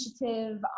initiative